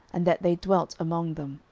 and that they dwelt among them.